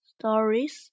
stories